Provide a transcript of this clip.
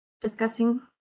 Discussing